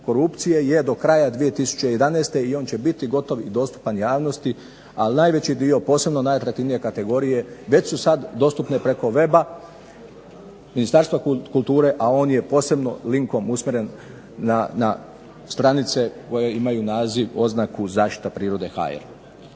korupcije je do kraja 2011. i on će biti gotov i dostupan javnosti. Ali, najveći dio, posebno najatraktivnije kategorije, već su sad dostupne preko weba Ministarstva kulture, a on je posebno linkom usmjeren na stranice koje imaju naziv-oznaku Zaštita prirode.hr.